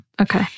Okay